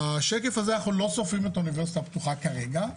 בשקף הזה אנחנו לא סופרים את האוניברסיטה הפתוחה כרגע,